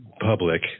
public